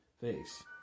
face